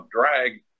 drag